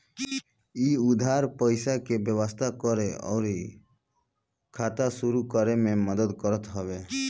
इ उधार पईसा के व्यवस्था करे अउरी खाता शुरू करे में मदद करत हवे